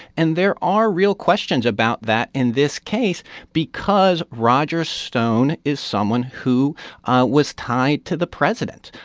and there are real questions about that in this case because roger stone is someone who was tied to the president.